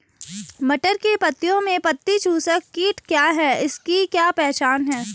मटर की पत्तियों में पत्ती चूसक कीट क्या है इसकी क्या पहचान है?